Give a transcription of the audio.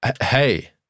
Hey